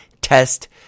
test